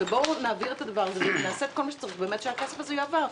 בואו נעביר את הדבר הזה ונעשה את כל מה שצריך כדי שהכסף הזה יועבר,